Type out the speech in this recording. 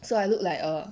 so I look like a